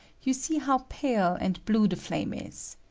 yoa see how pale and blue the flame is.